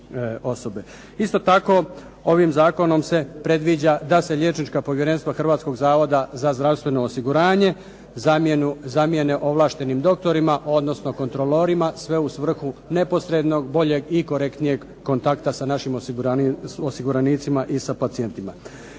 Isto tako, ovim zakonom se predviđa da se liječnička povjerenstva Hrvatskog zavoda za zdravstveno osiguranje zamijene ovlaštenim doktorima, odnosno kontrolorima sve u svrhu neposrednog, boljeg i korektnijeg kontakta sa našim osiguranicima i sa pacijentima.